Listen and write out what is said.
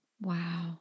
Wow